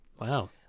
Wow